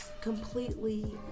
completely